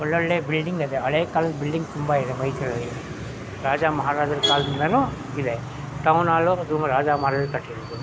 ಒಳ್ಳೊಳ್ಳೆ ಬಿಲ್ಡಿಂಗ್ ಅದೆ ಹಳೆ ಕಾಲದ ಬಿಲ್ಡಿಂಗ್ ತುಂಬ ಇದೆ ಮೈಸೂರಲ್ಲಿ ರಾಜ ಮಹಾರಾಜ್ರ ಕಾಲ್ದಿಂದಲೂ ಇವೆ ಟೌನ್ ಹಾಲು ಅದು ಮ ರಾಜ ಮಹರಾಜರ ಕಟ್ಟಿರೋದು